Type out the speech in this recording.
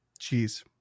Jeez